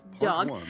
dog